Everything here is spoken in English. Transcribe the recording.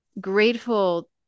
grateful